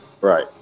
right